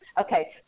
Okay